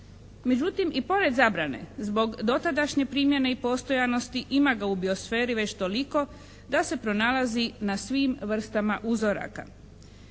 Međutim, i pored zabrane zbog dotadašnje primjene i postojanosti ima ga u biosferi već toliko da se pronalazi na svim vrstama uzoraka.